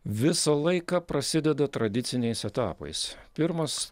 visą laiką prasideda tradiciniais etapais pirmas